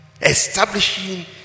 Establishing